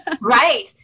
Right